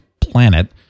planet